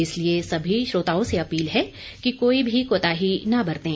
इसलिए सभी श्रोताओं से अपील है कि कोई भी कोताही न बरतें